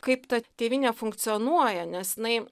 kaip ta tėvynė funkcionuoja nes jinai